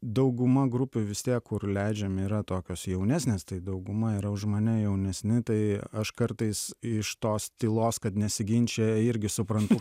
dauguma grupių vis tiek kur leidžiami yra tokios jaunesnės tai dauguma yra už mane jaunesni tai aš kartais iš tos tylos kad nesiginčija irgi suprantu